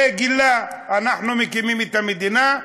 וגילה: אנחנו מקימים את המדינה.